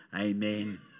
Amen